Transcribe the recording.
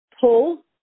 pull